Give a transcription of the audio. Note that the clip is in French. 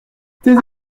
taisez